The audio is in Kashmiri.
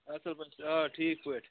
اَصٕل پٲٹھۍ آ ٹھیٖک پٲٹھۍ